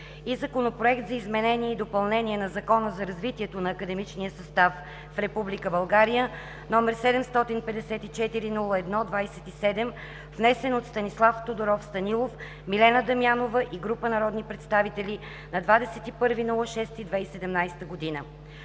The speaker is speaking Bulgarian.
- Законопроект за изменение и допълнение на Закона за развитието на академичния състав в Република България, № 754-01-27, внесен от Станислав Тодоров Станилов, Милена Дамянова и група народни представители на 21 юни 2017 г.